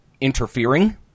interfering